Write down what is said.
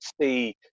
see